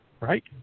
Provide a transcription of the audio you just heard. Right